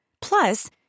Plus